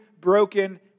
broken